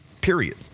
period